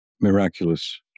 miraculous